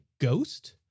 ghost